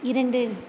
இரண்டு